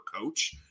coach